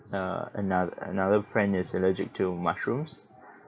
uh anoth~ another friend is allergic to mushrooms